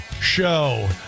show